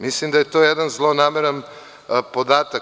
Mislim da je to jedan zlonameran podatak.